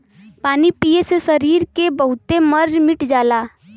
पानी पिए से सरीर के बहुते मर्ज मिट जाला